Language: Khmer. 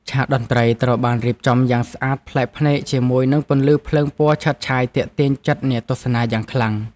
ឆាកតន្ត្រីត្រូវបានរៀបចំយ៉ាងស្អាតប្លែកភ្នែកជាមួយនឹងពន្លឺភ្លើងពណ៌ឆើតឆាយទាក់ទាញចិត្តអ្នកទស្សនាយ៉ាងខ្លាំង។